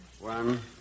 One